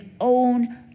own